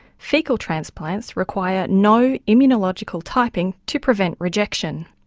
faecal transplants require no immunological typing to prevent rejection.